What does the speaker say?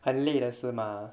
很累了是吗